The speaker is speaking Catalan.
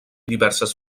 diverses